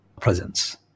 presence